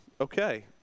Okay